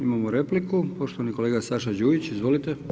Imamo repliku, poštovani kolega Saša Đujić, izvolite.